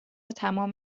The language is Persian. تمام